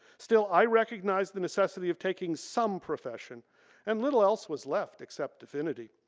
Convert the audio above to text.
still i recognized the necessity of taking some profession and little else was left except divinity.